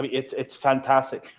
but it's it's fantastic.